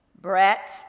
Brett